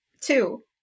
Two